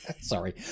sorry